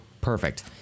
Perfect